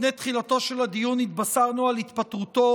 לפני תחילתו של הדיון התבשרנו על התפטרותו